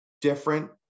different